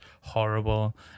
horrible